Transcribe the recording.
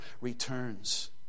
returns